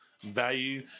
value